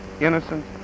innocent